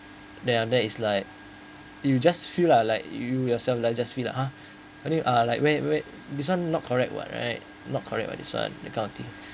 then uh then is like you just feel lah like you yourself like just feel lah ha only uh like where where this one not correct [what] right not correct [what] that kind of things